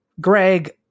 Greg